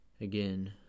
again